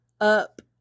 up